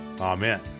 Amen